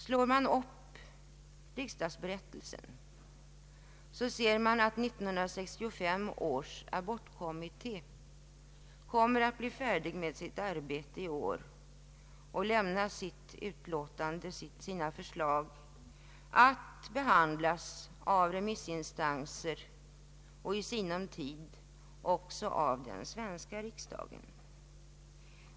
Slår man upp riksdagsberättelsen ser man att 1965 års abortkommitté kommer att bli färdig med sitt arbete i år och lämna sitt betänkande att behandlas av remissinstanser och i sinom tid också av den svenska riksdagen.